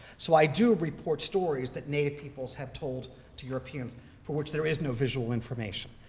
so i do report stories that native peoples have told to europeans for which there is no visual information.